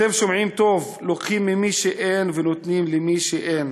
אתם שומעים טוב: לוקחים ממי שאין ונותנים למי שאין.